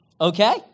okay